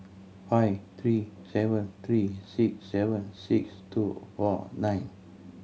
five three seven three six seven six two four nine